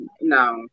no